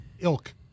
ilk